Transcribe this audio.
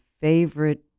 favorite